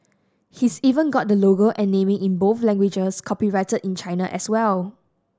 he's even got the logo and naming in both languages copyrighted in China as well